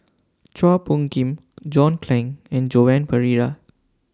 Chua Phung Kim John Clang and Joan Pereira